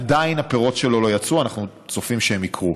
עדיין הפירות שלו לא יצאו, אנחנו צופים שזה יקרה.